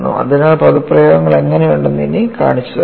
അതിനാൽ പദപ്രയോഗങ്ങൾ എങ്ങനെയുണ്ടെന്ന് എനിക്ക് ഇനി കാണിച്ചുതരാം